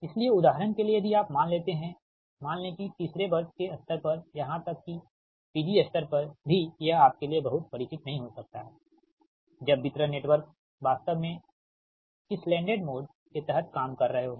इसलिए उदाहरण के लिए यदि आप मान लेते हैं मान लें कि तीसरे वर्ष के स्तर पर या यहां तक कि PG स्तर पर भी यह आपके लिए बहुत परिचित नहीं हो सकता है जब वितरण नेटवर्क वास्तव में आइलैंडेड मोड के तहत काम कर रहा हो